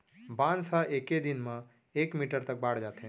बांस ह एके दिन म एक मीटर तक बाड़ जाथे